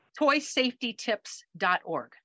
toysafetytips.org